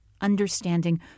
understanding